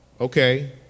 okay